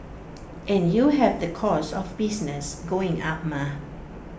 and you have the costs of business going up mah